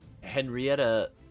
Henrietta